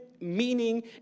meaning